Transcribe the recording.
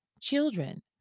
children